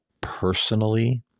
personally